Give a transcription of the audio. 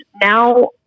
now